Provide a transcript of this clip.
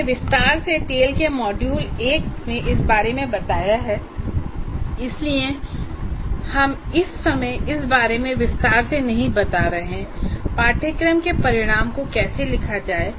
हमने विस्तार से टेल के मॉड्यूल 1 इस के बारे मे बताया है इसलिए हम इस समय इस बारे में विस्तार से नहीं बता रहे हैं कि पाठ्यक्रम के परिणामों को कैसे लिखा जाए